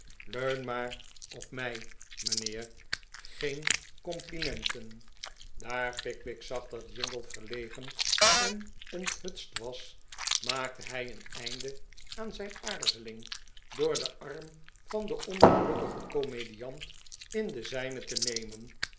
maar op mij mijnheer geen complimenten daar pickwick zag dat jingle verlegen en onthutst was maakte hij een einde aan zijn aarzeling door den arm van den ongelukkigen komediant in den zijne te nemen